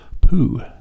poo